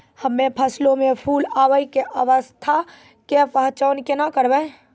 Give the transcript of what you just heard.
हम्मे फसलो मे फूल आबै के अवस्था के पहचान केना करबै?